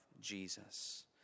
Jesus